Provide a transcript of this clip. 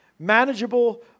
Manageable